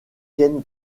ken